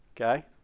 okay